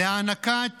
להענקת